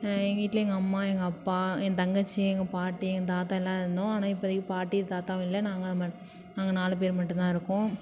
எங்கள் வீட்டில எங்கள் அம்மா எங்கள் அப்பா என் தங்கச்சி எங்கள் பாட்டி என் தாத்தா எல்லாம் இருந்தோம் ஆனால் இப்பதைக்கி பாட்டி தாத்தாவும் இல்லை நாங்கள் மட் நாங்கள் நாலு பேர் மட்டுந்தான் இருக்கோம்